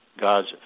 God's